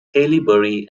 haileybury